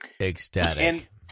ecstatic